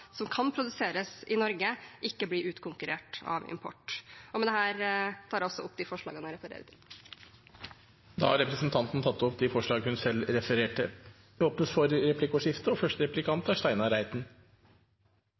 som kan produseres i Norge, ikke blir utkonkurrert av import. Med dette tar jeg opp disse forslagene. Representanten Une Bastholm har tatt opp de forslagene hun refererte til. Det blir replikkordskifte.